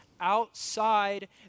outside